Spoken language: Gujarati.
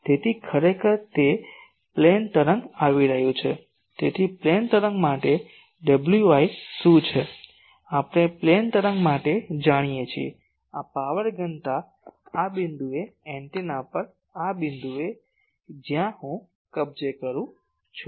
તેથી ખરેખર તે પ્લેન તરંગ આવી રહ્યું છે તેથી પ્લેન તરંગ માટે Wi શું છે આપણે પ્લેન તરંગ માટે જાણીએ છીએ આ પાવર ઘનતા આ બિંદુએ એન્ટેના પર આ બિંદુએ જ્યાં હું કબજે કરું છું